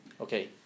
Okay